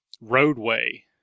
roadway